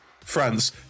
France